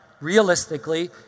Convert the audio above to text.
Realistically